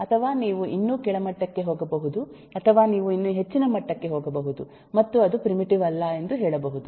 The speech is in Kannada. ಅಥವಾ ನೀವು ಇನ್ನೂ ಕೆಳಮಟ್ಟಕ್ಕೆ ಹೋಗಬಹುದು ಅಥವಾ ನೀವು ಇನ್ನೂ ಹೆಚ್ಚಿನ ಮಟ್ಟಕ್ಕೆ ಹೋಗಬಹುದು ಮತ್ತು ಅದು ಪ್ರಿಮಿಟಿವ್ ಅಲ್ಲ ಎಂದು ಹೇಳಬಹುದು